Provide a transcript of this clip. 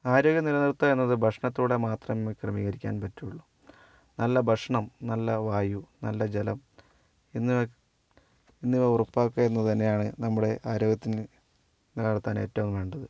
ആരോഗ്യം നിലനിർത്തുക എന്നത് ഭക്ഷണത്തോടെ മാത്രം ക്രമീകരിക്കാൻ പറ്റുള്ളൂ നല്ല ഭക്ഷണം നല്ല വായു നല്ല ജലം എന്നിവ എന്നിവ ഉറപ്പാക്കുക എന്നു തന്നെയാണ് നമ്മുടെ ആരോഗ്യത്തിന് നിലനിർത്താൻ ഏറ്റവും വേണ്ടത്